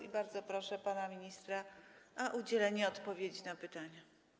I bardzo proszę pana ministra o udzielenie odpowiedzi na pytania.